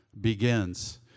begins